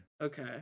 Okay